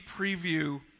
preview